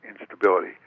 instability